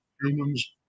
Humans